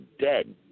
dead